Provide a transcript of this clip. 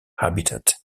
habitat